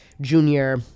junior